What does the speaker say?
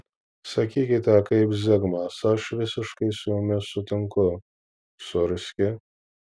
sakykite kaip zigmas aš visiškai su jumis sutinku sūrski